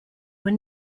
were